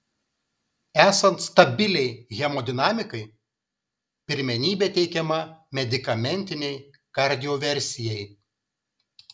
esant stabiliai hemodinamikai pirmenybė teikiama medikamentinei kardioversijai